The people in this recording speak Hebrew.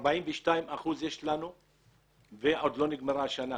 יש לנו 42 אחוזים ועוד לא נגמרה השנה.